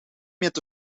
met